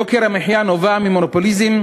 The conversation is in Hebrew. יוקר המחיה נובע ממונופוליזם,